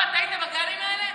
אתה היית בגנים האלה?